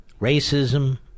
Racism